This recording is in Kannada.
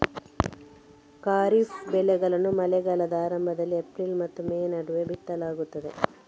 ಖಾರಿಫ್ ಬೆಳೆಗಳನ್ನು ಮಳೆಗಾಲದ ಆರಂಭದಲ್ಲಿ ಏಪ್ರಿಲ್ ಮತ್ತು ಮೇ ನಡುವೆ ಬಿತ್ತಲಾಗ್ತದೆ